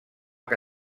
que